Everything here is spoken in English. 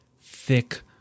thick